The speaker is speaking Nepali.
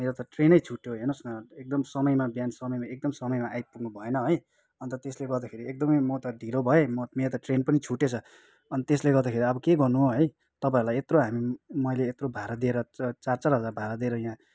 मेरो त ट्रेनै छुट्यो हेर्नुहोस् न एकदम समयमा बिहान समयमा एकदम समयमा आइपुग्नु भएन है अन्त त्यसले गर्दाखेरि एकदमै म त ढिलो भएँ मेरो त ट्रेन पनि छुटेछ अनि त्यसले गर्दा अब के गर्नु है तपाईँहरूलाई यत्रो हामी मैले यत्रो भाडा दिएर चार चार हजार भाडा दिएर यहाँ